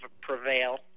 prevail